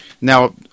now